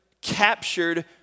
captured